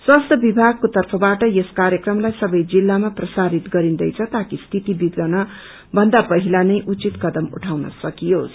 स्वास्थ्य विभागको तर्फबाट यस कार्यक्रमलाई सबे जिल्लामा प्रसारित गरिन्दैछ ताकि स्थिति विग्रन पहिला ने उचित कदम उठाउन संकियोस